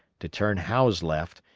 to turn howe's left,